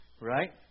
Right